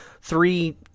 three